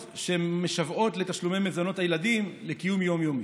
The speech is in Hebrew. שמשוועות לתשלומי מזונות הילדים לקיום יום-יומי.